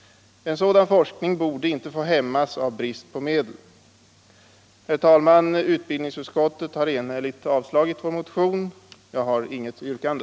En sådan forskning borde inte få hämmas av brist på medel. Herr talman! Utbildningsutskottet har enhälligt avstyrkt vår motion. Jag har inget yrkande.